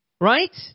Right